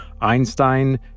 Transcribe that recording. Einstein